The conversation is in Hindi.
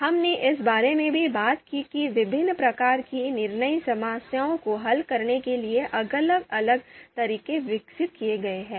हमने इस बारे में भी बात की कि विभिन्न प्रकार की निर्णय समस्याओं को हल करने के लिए अलग अलग तरीके विकसित किए गए हैं